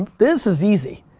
this is easy,